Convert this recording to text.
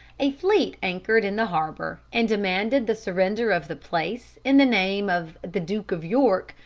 a fleet anchored in the harbor and demanded the surrender of the place in the name of the duke of york,